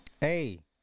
hey